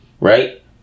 right